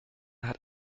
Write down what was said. hat